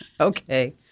Okay